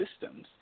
systems